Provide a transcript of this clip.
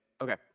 Okay